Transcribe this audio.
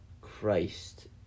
Christ